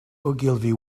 ogilvy